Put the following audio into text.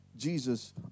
Jesus